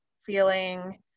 feeling